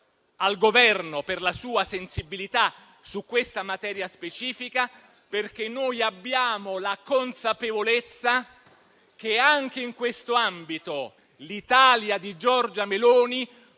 al Governo per la sua sensibilità su questa materia specifica, perché noi abbiamo la consapevolezza che anche in questo ambito l'Italia di Giorgia Meloni